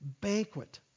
banquet